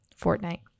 Fortnite